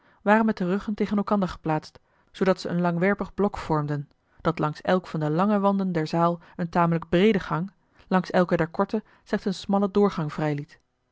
waren met de ruggen tegen elkander geplaatst zoodat ze een langwerpig blok vormden dat langs elk van de lange wanden der zaal eene tamelijk breede gang langs elk der korte slechts eene smalle doorgang